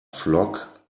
flock